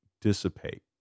dissipate